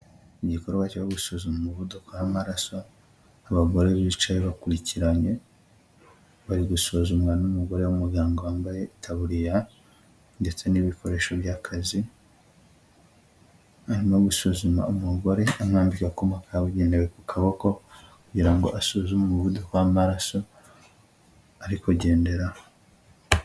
Igikorwa cyo gusuzuma umuvuduko w'amaraso, abagore bicaye bakurikiranye, bari gusuzumwa n'umugore w'umuganga wambaye itaburiya ndetse n'ibikoresho by'akazi, arimo gusuzuma umugore amwambika akuma kabugenewe ku kaboko kugira ngo asuzume umuvuduko w'amaraso ari kugenderaho.